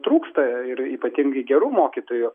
trūksta ir ypatingai gerų mokytojų